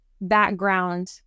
background